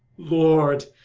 lord!